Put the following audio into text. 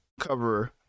coverer